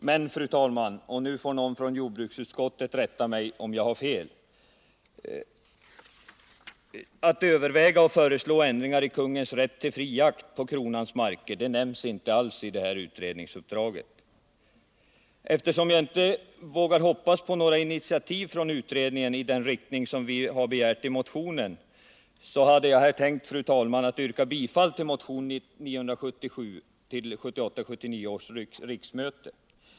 Men, fru talman, — och nu får någon från jordbruksutskottet rätta mig om jag har fel — att man skall överväga och föreslå ändringar i kungens rätt till fri jakt på kronans marker nämns inte alls i utredningsuppdraget. Eftersom jag inte vågar hoppas på några initiativ från utredningen i den riktning som vi har begärt i motionen hade jag tänkt, fru talman, att yrka bifall till motion 977 till 1978/79 års riksmöte.